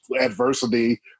adversity